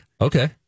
okay